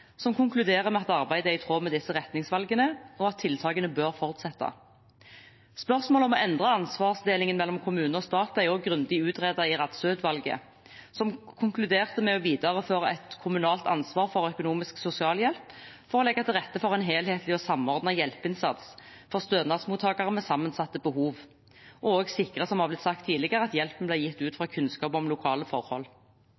som konkluderer med at arbeidet er i tråd med disse retningsvalgene, og at tiltakene bør fortsette. Spørsmålet om å endre ansvarsdelingen mellom kommune og stat er også grundig utredet i Rattsø-utvalget, som konkluderte med å videreføre et kommunalt ansvar for økonomisk sosialhjelp, for å legge til rette for en helhetlig og samordnet hjelpeinnsats for stønadsmottakere med sammensatte behov, og også, som det har blitt sagt tidligere, å sikre at hjelpen ble gitt ut